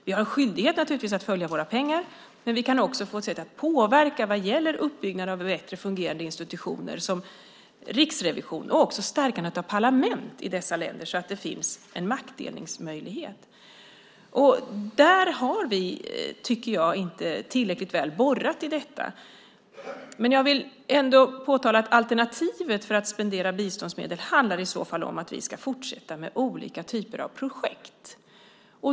Vi har naturligtvis en skyldighet att följa våra pengar, men vi kan också få ett sätt att påverka vad gäller uppbyggnad av bättre fungerande institutioner, som riksrevision, och stärkandet av parlament i dessa länder så att det finns en maktdelningsmöjlighet. Vi har inte, tycker jag, borrat tillräckligt väl i detta. Men jag vill ändå påtala att alternativet i fråga om att spendera biståndsmedel i så fall handlar om att vi ska fortsätta med olika typer av projekt.